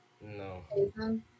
No